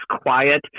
quiet